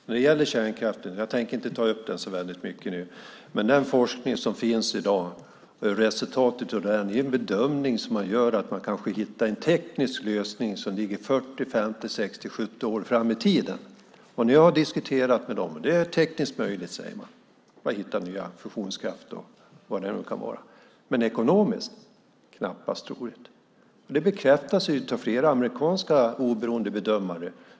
Jag tänker inte tala så mycket om kärnkraften, men resultatet av den forskning som finns i dag är att man bedömer att man kanske hittar en teknisk lösning som ligger 40, 50, 60 eller 70 år fram i tiden. Det är tekniskt möjligt, säger man. Man kan hitta ny fusionskraft och allt vad det kan vara. Men ekonomiskt är det knappast troligt. Det bekräftas av flera amerikanska oberoende bedömare.